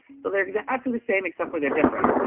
so they're exactly the same except where they're different